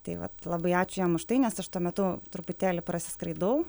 tai va labai ačiū jam už tai nes aš tuo metu truputėlį prasiskraidau